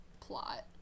plot